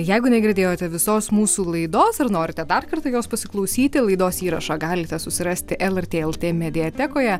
jeigu negirdėjote visos mūsų laidos ar norite dar kartą jos pasiklausyti laidos įrašą galite susirasti lrt lt mediatekoje